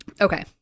Okay